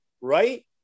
right